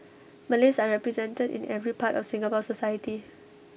Malays are represented in every part of Singapore society